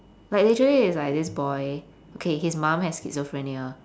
like literally is like this boy okay his mum has schizophrenia